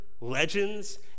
legends